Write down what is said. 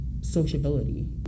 sociability